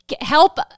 help